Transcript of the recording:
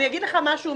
אני אגיד לך משהו,